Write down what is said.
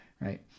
right